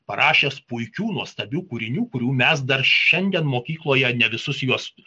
parašęs puikių nuostabių kūrinių kurių mes dar šiandien mokykloje ne visus juos